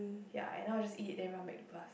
ya I know I just eat then run back to class